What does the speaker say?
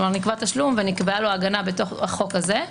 כלומר נקבע תשלום ונקבעה לו הגנה בתוך החוק הזה.